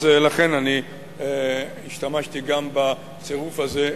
אז לכן אני השתמשתי גם בצירוף הזה.